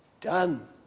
done